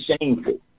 shameful